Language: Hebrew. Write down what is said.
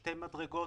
שתי מדרגות: